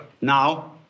Now